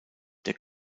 der